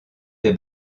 des